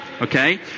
okay